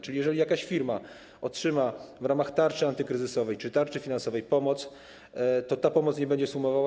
Czyli jeżeli jakaś firma otrzyma w ramach tarczy antykryzysowej czy tarczy finansowej pomoc, to ta pomoc nie będzie się sumowała.